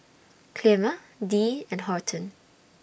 Clemma Dee and Horton